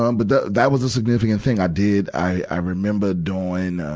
um but the, that was a significant thing. i did, i, i remember doing,